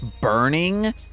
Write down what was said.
burning